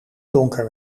donker